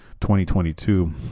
2022